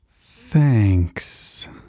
Thanks